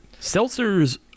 Seltzers